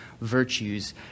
virtues